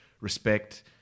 respect